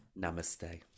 Namaste